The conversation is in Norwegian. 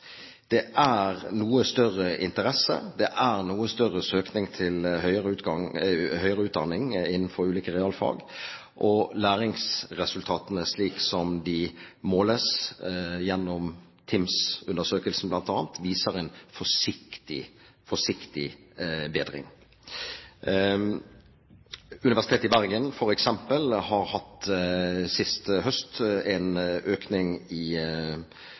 Det er noe større interesse, det er noe større søkning til høyere utdanning innenfor ulike realfag, og læringsresultatene, slik som de måles bl.a. gjennom TIMSS-undersøkelsen, viser en forsiktig bedring. Universitetet i Bergen hadde f.eks. sist høst en økning i